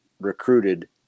recruited